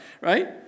right